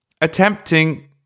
attempting